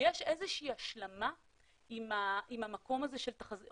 שיש איזה שהיא השלמה עם המקום הזה של תחזיות.